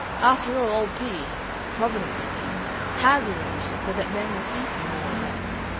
after all, old p providence, i mean has arranged it so that men will keep you, more or less.